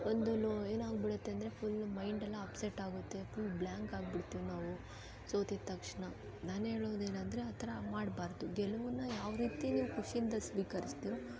ಒಂದು ನೋ ಏನಾಗ್ಬಿಡತ್ತೆ ಅಂದರೆ ಫುಲ್ ಮೈಂಡೆಲ್ಲ ಅಪ್ಸೆಟ್ಟಾಗುತ್ತೆ ಫುಲ್ ಬ್ಲ್ಯಾಂಕಾಗ್ಬಿಡ್ತೀವಿ ನಾವು ಸೋತಿದ್ದ ತಕ್ಷಣ ನಾನು ಹೇಳೋದೇನಂದರೆ ಆ ಥರ ಮಾಡ್ಬಾರ್ದು ಗೆಲುವನ್ನ ಯಾವ ರೀತಿ ನೀವು ಖುಷಿಯಿಂದ ಸ್ವೀಕರಿಸ್ತೀರೋ